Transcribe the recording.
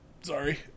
Sorry